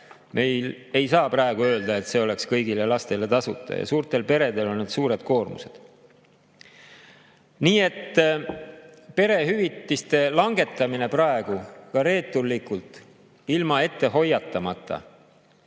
ei saa praegu öelda, et see oleks kõigile lastele tasuta. Suurtel peredel on suured koormused. Nii et perehüvitiste langetamine praegu, reeturlikult, ilma ette hoiatamata,